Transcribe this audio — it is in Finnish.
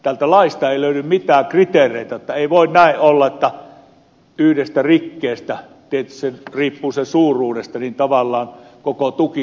täältä laista ei löydy mitään kriteereitä eli ei voi näin olla että yhdestä rikkeestä tietysti se riippuu sen suuruudesta tavallaan koko tuki leikataan